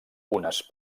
unes